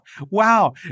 Wow